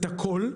ראיתי את הכול,